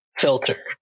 filter